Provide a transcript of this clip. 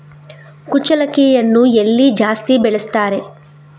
ಕುಚ್ಚಲಕ್ಕಿಯನ್ನು ಎಲ್ಲಿ ಜಾಸ್ತಿ ಬೆಳೆಸ್ತಾರೆ?